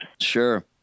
Sure